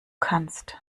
kannst